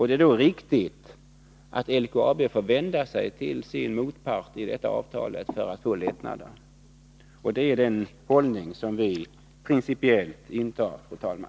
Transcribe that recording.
Det är då riktigt att LKAB får vända sig till sin motpart i avtalet för att få lättnader. Det är den hållning som vi principiellt intar, fru talman.